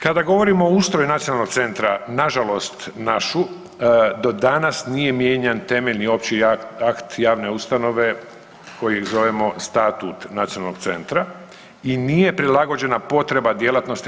Kada govorimo o ustroju nacionalnog centra, nažalost našu do danas nije mijenjan temeljeni opći akt javne ustanove kojeg zovemo statut nacionalnog centra i nije prilagođena potreba djelatnosti.